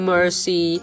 Mercy